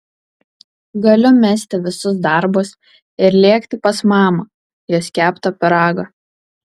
galiu mesti visus darbus ir lėkti pas mamą jos kepto pyrago